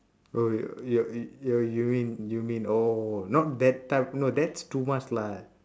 oh your your you you mean you mean oh not that type no that's too much lah